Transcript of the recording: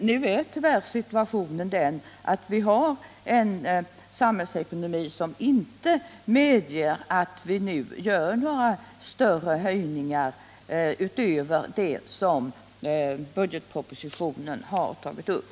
Nu är situationen tyvärr den att vi har en samhällsekonomi som inte medger några större höjningar utöver dem som budgetpropositionen har tagit upp.